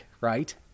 right